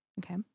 Okay